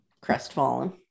crestfallen